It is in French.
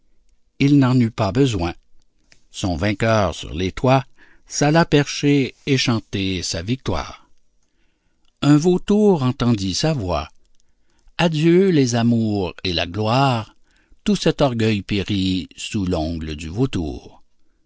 il n'en eut pas besoin son vainqueur sur les toits s'alla percher et chanter sa victoire un vautour entendit sa voix adieu les amours et la gloire tout cet orgueil périt sous l'ongle du vautour